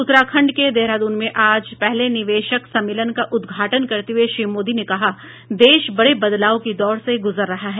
उत्तराखंड के देहरादून में आज पहले निवेशक सम्मेलन का उद्घाटन करते हुए श्री मोदी ने कहा कि देश बड़े बदलाव के दौर से गूजर रहा है